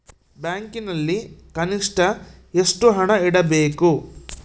ಬ್ಯಾಂಕಿನಲ್ಲಿ ಕನಿಷ್ಟ ಎಷ್ಟು ಹಣ ಇಡಬೇಕು?